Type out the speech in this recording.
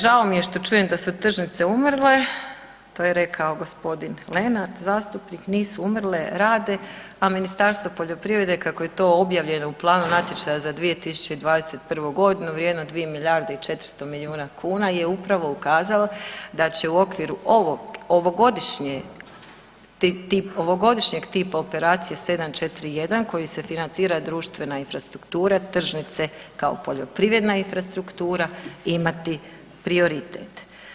Žao mi je što čujem da su tržnice umrle, to je rekao gospodin Lenart zastupnik, nisu umrle rade, a Ministarstvo poljoprivrede kako je to objavljeno u planu natječaja za 2021. godine vrijednom 2 milijarde i 400 milijuna kuna je upravo ukazalo da će u okviru ovog, ovogodišnje, ovogodišnjeg tipa operacije 741 kojim se financira društvena infrastruktura, tržnice kao poljoprivredna infrastruktura imati prioritet.